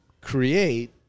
create